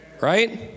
right